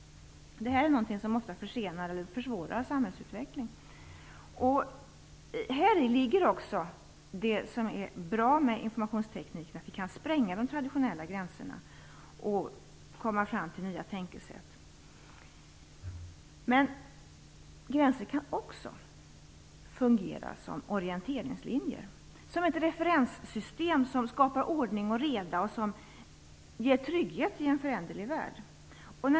Det är något som ofta försenar eller försvårar samhällsutvecklingen. Häri ligger det som är bra med IT, nämligen att vi kan spränga de traditionella gränserna och komma fram till nya tänkesätt. Men gränser kan också fungera som orienteringslinjer, som ett referenssystem som skapar ordning och reda och som ger trygghet i en föränderlig värld.